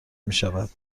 میشود